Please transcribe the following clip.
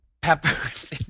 peppers